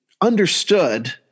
understood